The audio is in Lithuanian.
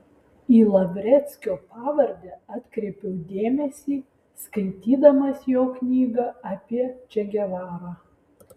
į lavreckio pavardę atkreipiau dėmesį skaitydamas jo knygą apie če gevarą